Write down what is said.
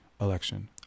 election